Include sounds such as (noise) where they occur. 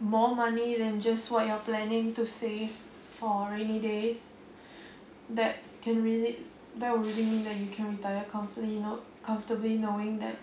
more (breath) money than just what you're planning to save for rainy days (breath) that can really that will really mean that you can retire you know comfortably knowing that